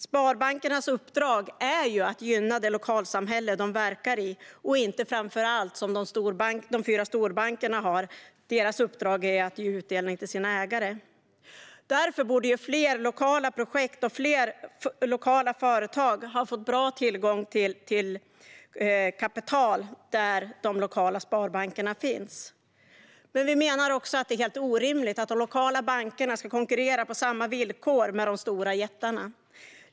Sparbankernas uppdrag är ju att gynna det lokalsamhälle de verkar i och inte framför allt att ge utdelning till sina ägare, vilket är fallet med de fyra storbankerna. Därför borde fler lokala projekt och fler lokala företag ha fått bra tillgång till kapital där de lokala sparbankerna finns. Men vi menar också att det är helt orimligt att de lokala bankerna ska konkurrera på samma villkor med de stora jättarna.